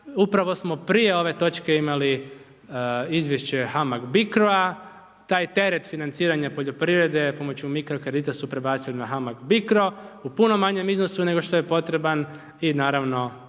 upravo smo prije ove točke imali izvješće HAMAG BICRO-a taj teret financiranja poljoprivrede pomoću mikro kredita su prebacili na HAMAG BICRO u puno manjem iznosu nego što je potreban i naravno